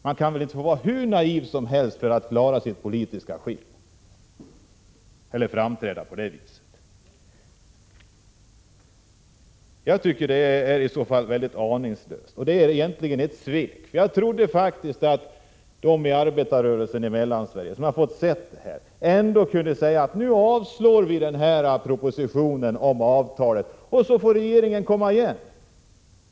Man får väl inte vara hur naiv som helst för att klara sitt politiska skinn. Jag tycker att det i så fall är väldigt aningslöst och egentligen ett svek. Jag trodde faktiskt att de som tillhör arbetarrörelsen i Mellansverige kunde säga: Nu avslår vi propositionen i fråga om avtalet, och så får regeringen komma igen.